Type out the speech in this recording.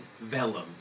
vellum